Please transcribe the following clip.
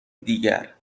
دیگر